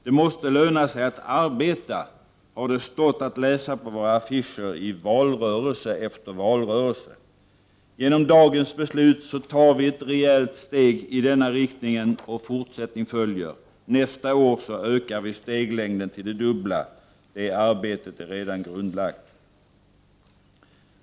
”Det måste löna sig att arbeta” har det stått att läsa på våra affischer i valrörelse efter valrörelse. Genom dagens beslut tar vi ett rejält steg i denna riktning, och fortsättning följer. Nästa år ökar vi steglängden till det dubbla. Det arbetet är redan grundlagt.